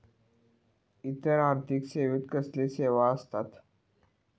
इतर आर्थिक सेवेत कसले सेवा आसत?